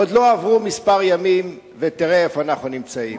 עוד לא עברו כמה ימים ותראה איפה אנחנו נמצאים.